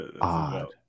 odd